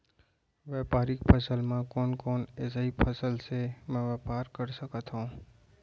व्यापारिक फसल म कोन कोन एसई फसल से मैं व्यापार कर सकत हो?